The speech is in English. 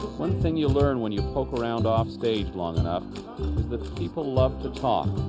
one thing you learn when you poke around offstage long enough is that people love to talk.